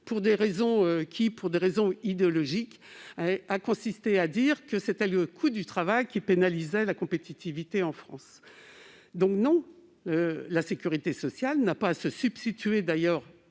Pour des raisons idéologiques, on a fait croire que c'était le coût du travail qui pénalisait la compétitivité en France. La sécurité sociale n'a pas à se substituer aux